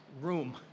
room